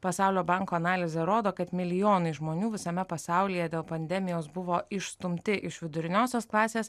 pasaulio banko analizė rodo kad milijonai žmonių visame pasaulyje dėl pandemijos buvo išstumti iš viduriniosios klasės